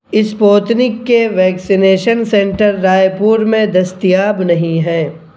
Sputnik کے vaccination centre Raipur میں دستیاب نہیں ہیں